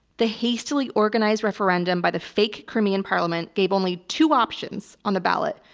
the hastily organized referendum by the fake crimean parliament gave only two options on the ballot,